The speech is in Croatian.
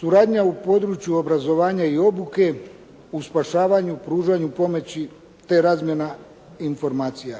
suradnju u području obrazovanja i obuke, u spašavanju i pružanju pomoći te razmjena informacija.